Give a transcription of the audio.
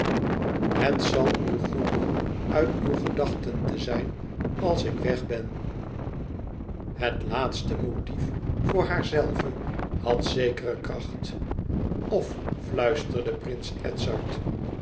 het zal u goed doen uit uw gedachten te zijn als ik weg ben het laatste motief voor haarzelve had zekere kracht of fluisterde prins edzard